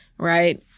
right